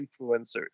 influencers